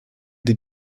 die